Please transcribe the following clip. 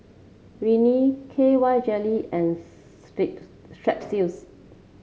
Rene K Y Jelly and Strepsils